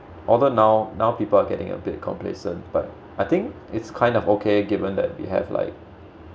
although now now people are getting a bit complacent but I think it's kind of okay given that you have like